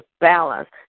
balance